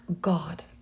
God